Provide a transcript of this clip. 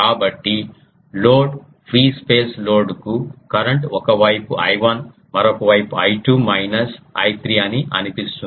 కాబట్టి load free space లోడ్కు current ఒక వైపు I1 మరొక వైపు I2 మైనస్ I3 అని అనిపిస్తుంది